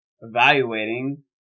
evaluating